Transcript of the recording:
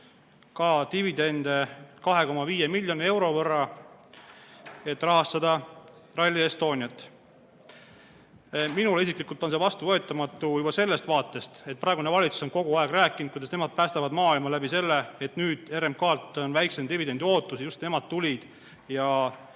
RMK dividende 2,5 miljoni euro võrra Rally Estonia rahastamiseks. Minule isiklikult on see vastuvõetamatu juba sellest vaatest, et praegune valitsus on kogu aeg rääkinud, kuidas nemad päästavad maailma selle kaudu, et RMK-lt on nüüd väiksem dividendi ootus ning just nemad tulid ja